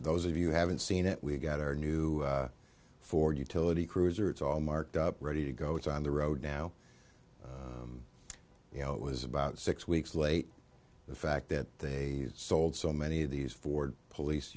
those of you haven't seen it we got our new ford utility crews or it's all marked up ready to go it's on the road now you know it was about six weeks late the fact that they sold so many of these ford police